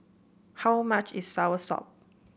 how much is Soursop